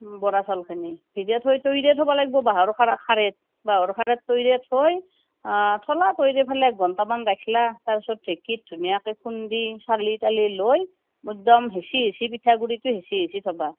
বৰা চাউলখিনি ভিজাই থৈ তৈৰাই থ'ব লাগ্ব বাঁহৰ খৰাহিত বাঁহৰ খৰাহিত তৈৰাই থৈ থলা তৈৰাই পেলাই এক ঘণ্টামান ৰাখিলা তাৰ পিছত ঢেঁকীত ধুনীয়াকৈ খুন্দি চালি তালি লৈ একদম হেচি হেচি পিঠাগুড়িটো একদম হেচি হেচি থবা